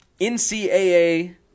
NCAA –